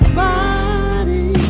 body